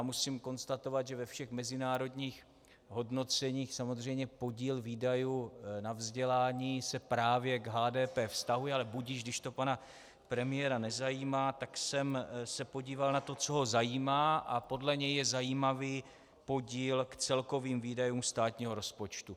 Musím konstatovat, že ve všech mezinárodních hodnoceních se samozřejmě podíl výdajů na vzdělání právě k HDP vztahuje, ale budiž, když to pana premiéra nezajímá, tak jsem se podíval na to, co ho zajímá, a podle něj je zajímavý podíl k celkovým výdajům státního rozpočtu.